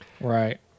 Right